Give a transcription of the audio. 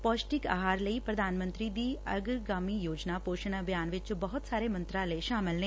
ਪੋਸ਼ਟਿਕ ਆਹਾਰ ਲਈ ਪ੍ਰਧਾਨ ਮੰਤਰੀ ਦੀ ਅਗਰ ਗਾਮੀ ਯੋਜਨਾ ਪੋਸ਼ਣ ਅਭਿਆਨ ਵਿਚ ਬਹੁਤ ਸਾਰੇ ਮੰਤਰਾਲੇ ਸ਼ਾਮਲ ਨੇ